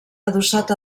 adossat